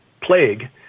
plague